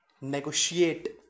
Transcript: negotiate